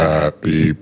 Happy